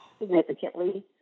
significantly